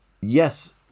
Yes